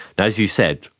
as you said,